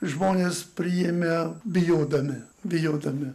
žmonės priėmė bijodami bijodami